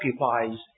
occupies